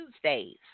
Tuesdays